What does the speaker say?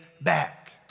back